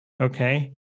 okay